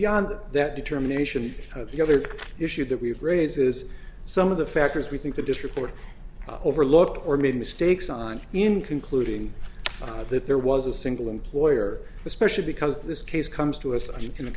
beyond that determination of the other issue that we have raises some of the factors we think the district court overlooked or made mistakes on in concluding that there was a single employer especially because this case comes to us in the